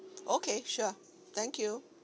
okay sure thank you